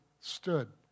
stood